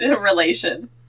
relation